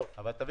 אני לא מסכים.